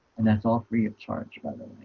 and that's all free of charge by the